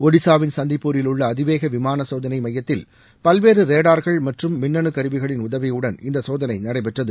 ஜடிசாவின் சந்திப்பூரிலுள்ள அதிவேக விமான சோதனை மையத்தில் பல்வேறு ரேடார்கள் மற்றும் மின்னணு கருவிகளின் உதவியுடன் இந்த சோதனை நடைபெற்றது